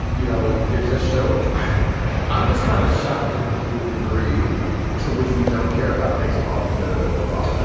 you know, it just shows i'm just kind of shocked at the degree to which we don't care about baseball in the middle of all this.